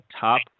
top